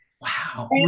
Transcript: Wow